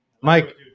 Mike